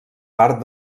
part